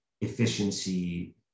efficiency